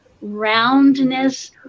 roundness